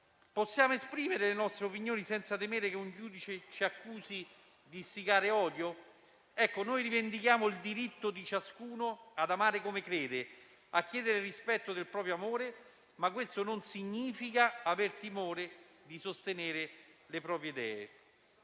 Possiamo esprimere le nostre opinioni senza temere che un giudice ci accusi di istigare odio? Ecco, noi rivendichiamo il diritto di ciascuno ad amare come crede, a chiedere rispetto del proprio amore, ma questo non significa aver timore di sostenere le proprie idee.